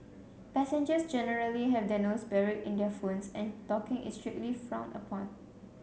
passengers generally have their nose buried in their phones and talking is strictly frowned upon